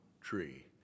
tree